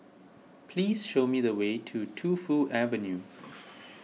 please show me the way to Tu Fu Avenue